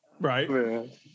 Right